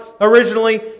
originally